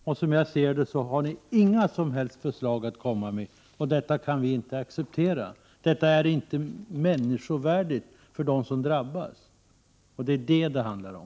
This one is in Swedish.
Som jag ser det har ni inga som helst förslag att komma med, och detta kan vi inte acceptera. Detta är inte människovärdigt för dem som drabbas — det är vad det handlar om.